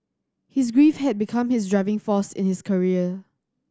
his grief had become his driving force in his career